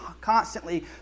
constantly